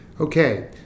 Okay